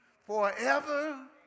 forever